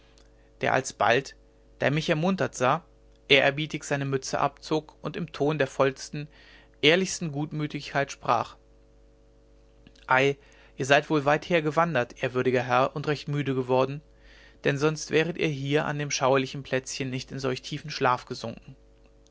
der alsbald da er mich ermuntert sah ehrerbietig seine mütze abzog und im ton der vollsten ehrlichsten gutmütigkeit sprach ei ihr seid wohl weither gewandert ehrwürdiger herr und recht müde geworden denn sonst wäret ihr hier an dem schauerlichen plätzchen nicht in solch tiefen schlaf gesunken